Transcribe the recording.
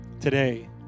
Today